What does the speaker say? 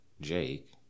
jake